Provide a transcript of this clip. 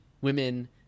women